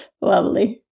Lovely